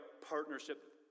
partnership